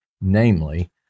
namely